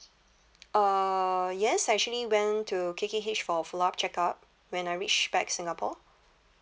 uh yes I actually went to K_K_H for follow up check up when I reach back singapore